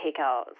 takeout